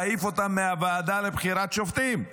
להעיף אותם מהוועדה לבחירת שופטים,